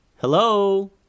Hello